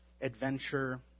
adventure